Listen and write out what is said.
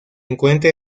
encuentra